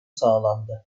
sağlandı